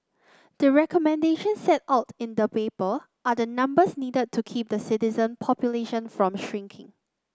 the recommendations set out in the paper are the numbers needed to keep the citizen population from shrinking